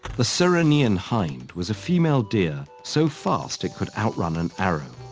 the ceryneian hind was a female deer so fast it could outrun an arrow.